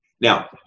Now